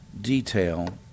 detail